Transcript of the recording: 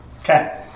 okay